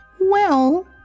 Well